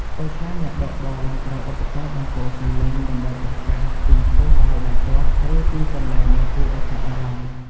ពេលខ្លះ អ្នកបើកបរបានប្រើឧបករណ៍បំពងសម្លេងដើម្បីប្រកាសពីគោលដៅបន្ទាប់ ឬទីកន្លែងដែលគួរឱ្យចាប់អារម្មណ៍។